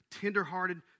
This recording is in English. tenderhearted